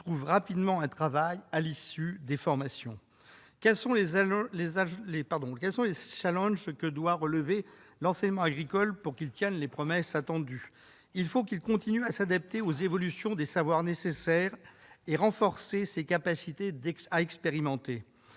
rapidement un travail à l'issue des formations qu'il dispense. Quels challenges doit relever l'enseignement agricole pour qu'il tienne les promesses faites ? Il doit continuer à s'adapter aux évolutions des savoirs nécessaires et renforcer ses capacités à expérimenter.